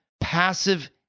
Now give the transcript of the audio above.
passive